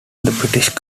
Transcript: british